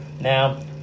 Now